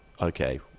Okay